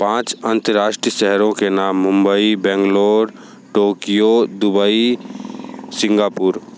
पाँच अंतरराष्ट्रीय शेहरों के नाम Mumbai Bangalore Tokyo Dubai Singapore